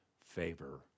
favor